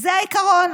זה העיקרון.